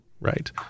Right